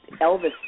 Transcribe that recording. Elvis